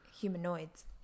Humanoids